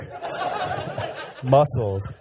muscles